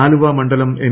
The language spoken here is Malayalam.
ആലുവ മണ്ഡലം എൻ